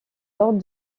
ordres